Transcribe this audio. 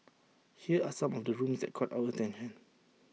here are some of the rooms that caught our attention